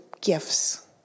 gifts